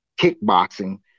kickboxing